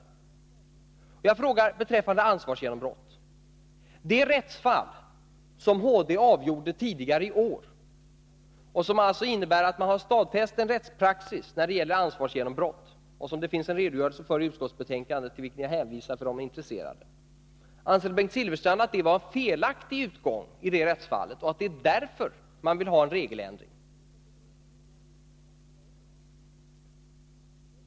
Beträffande ansvarsgenombrott frågar jag: Anser Bengt Silfverstrand att det i fråga om det rättsfall som HD avgjorde tidigare i år och som alltså innebär att man har stadfäst en rättspraxis när det gäller ansvarsgenombrott och som det finns en redogörelse för i utskottsbetänkandet, till vilken jag hänvisar intresserade, var en felaktig utgång? Och är det därför som man vill ha en regeländring?